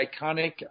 iconic